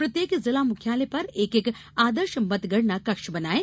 प्रत्येक जिला मुख्यालय पर एक एक आदर्श मतगणना कक्ष बनायें